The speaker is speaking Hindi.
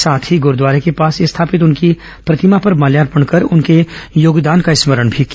साथ ही गुरूद्वारे के पास स्थापित उनकी प्रतिमा पर माल्यार्पण कर उनके योगदानों को याद किया